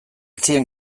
zien